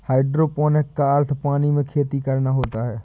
hydroponic का अर्थ पानी में खेती करना होता है